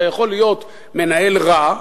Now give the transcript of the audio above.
אתה יכול להיות מנהל רע,